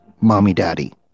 mommy-daddy